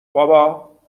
بابا